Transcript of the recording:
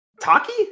Taki